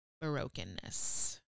brokenness